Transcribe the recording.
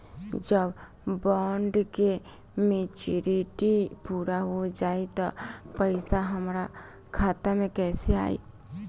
जब बॉन्ड के मेचूरिटि पूरा हो जायी त पईसा हमरा खाता मे कैसे आई?